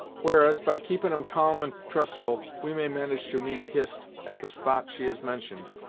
whereas, by keeping em calm and trustful we may manage to meet hist at the spot she has mentioned.